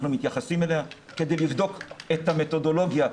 אנחנו מתייחסים אליה כדי לבדוק את המתודולוגיה,